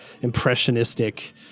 impressionistic